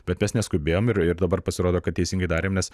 bet mes neskubėjom ir ir dabar pasirodo kad teisingai darėm nes